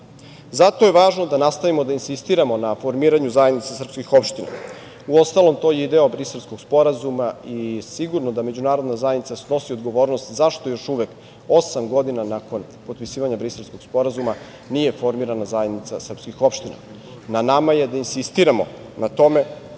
je važno da nastavimo da insistiramo na formiranju zajednice srpskih opština. Uostalom, to je i deo Briselskog sporazuma i sigurno da međunarodna zajednica snosi odgovornost zašto još uvek osam godina nakon potpisivanja Briselskog sporazuma nije formirana zajednica opština. Na nama je da insistiramo na tome,